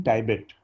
Tibet